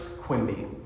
Quimby